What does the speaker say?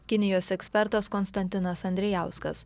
kinijos ekspertas konstantinas andrijauskas